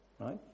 right